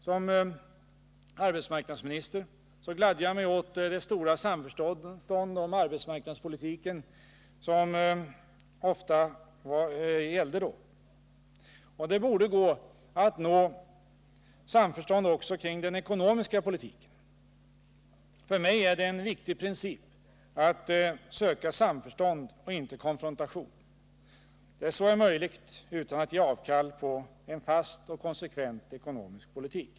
Som arbetsmarknadsminister gladde jag mig åt det stora samförstånd om arbetsmarknadspolitiken som ofta rådde. Det borde gå att nå samförstånd också kring den ekonomiska politiken. För mig är det en viktig princip att söka samförstånd och inte konfrontation — där så är möjligt utan att jag ger avkall på en fast och konsekvent ekonomisk politik.